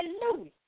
Hallelujah